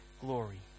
glory